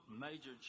major